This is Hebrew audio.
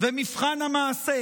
ומבחן המעשה,